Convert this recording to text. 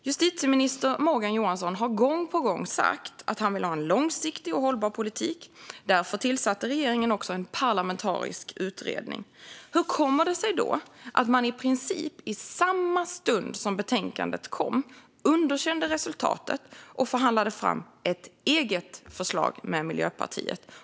Justitieminister Morgan Johansson har gång på gång sagt att han vill ha en långsiktig och hållbar politik. Därför tillsatte regeringen en parlamentarisk utredning. Hur kommer det sig då att man i princip i samma stund som betänkandet kom underkände resultatet och förhandlade fram ett eget förslag med Miljöpartiet?